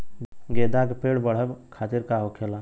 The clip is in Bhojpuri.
गेंदा का पेड़ बढ़अब खातिर का होखेला?